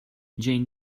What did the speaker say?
jane